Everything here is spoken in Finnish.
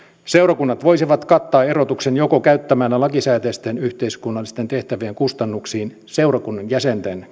seurakunnat voisivat kattaa erotuksen joko käyttämällä lakisääteisten yhteiskunnallisten tehtävien kustannuksiin seurakunnan jäsenten